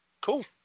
cool